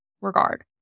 regard